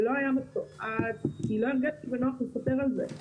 זה לא היה מתועד כי לא הרגשתי בנוח לספר על זה.